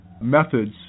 methods